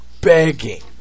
begging